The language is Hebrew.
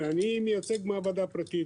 ואני מייצג מעבדה פרטית,